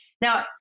Now